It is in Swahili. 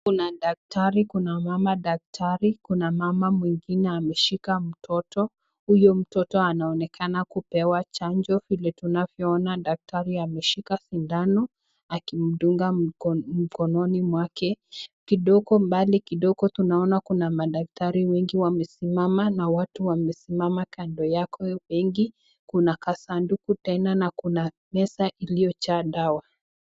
Kuna daktari, kuna mama daktari, kuna mama mwingine ameshika mtoto. Huyo mtoto anaonekana kupewa chanjo vile tunavyoona daktari ameshika sindano akimdunga mkononi mwake, kidogo mbali kidogo tunaona kuna madaktari wengi wamesimama na wote wamesimama kando yake wengi, kuna kasanduku tena na kuna meza iliyojaa dawa.